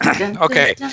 Okay